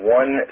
one